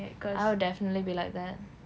I would definitely be like that